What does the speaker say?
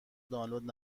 دانلود